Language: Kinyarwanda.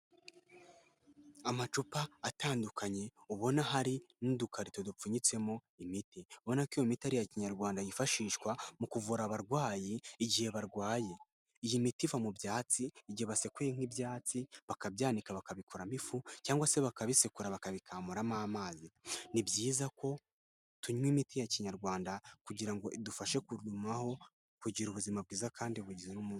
Amacupa atandukanye ubona hari n'udukarito dupfunyitsemo imiti, ubona ko iyo miti ari iya Kinyarwanda yifashishwa mu kuvura abarwayi igihe barwaye, iyi miti iva mu byatsi igihe basekuye nk'ibyatsi bakabyanika bakabikoramo ifu cyangwa se bakabisekura bakabikamuramo amazi, ni byiza ko tunywa imiti ya Kinyarwanda kugira ngo idufashe kugumaho kugira ubuzima bwiza kandi buzira umuze.